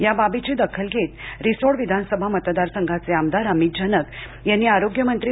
या बाबीची दखल घेत रिसोड विधानसभा मतदार संघाचे आमदार अमित झनक यांनी आरोग्यमंत्री ना